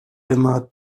immer